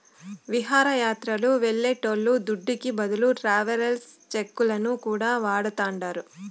విహారయాత్రలు వెళ్లేటోళ్ల దుడ్డుకి బదులు ట్రావెలర్స్ చెక్కులను కూడా వాడతాండారు